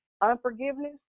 unforgiveness